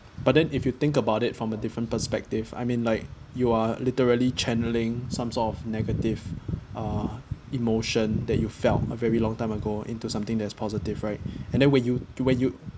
but then if you think about it from a different perspective I mean like you are literally channelling some sort of negative uh emotion that you felt a very long time ago into something that's positive right and then when you when you